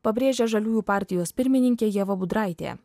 pabrėžė žaliųjų partijos pirmininkė ieva budraitė